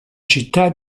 città